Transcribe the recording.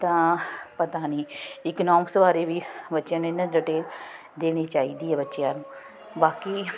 ਤਾਂ ਪਤਾ ਨਹੀਂ ਇਕਨੋਮਿਕਸ ਬਾਰੇ ਵੀ ਬੱਚਿਆਂ ਨੂੰ ਇਹਨਾਂ ਡੀਟੇਲ ਦੇਣੀ ਚਾਹੀਦੀ ਹੈ ਬੱਚਿਆਂ ਨੂੰ ਬਾਕੀ